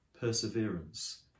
perseverance